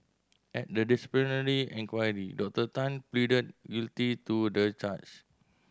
at the disciplinary inquiry Doctor Tan pleaded guilty to the charge